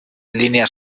línea